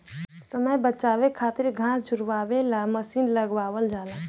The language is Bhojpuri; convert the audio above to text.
समय बचावे खातिर घास झुरवावे वाला मशीन लगावल जाला